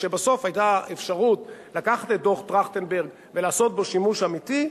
כשבסוף היתה אפשרות לקחת את דוח-טרכטנברג ולעשות בו שימוש אמיתי,